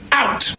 out